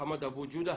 מוחמד אבו ג'ודה,